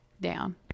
down